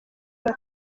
tuba